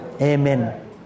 Amen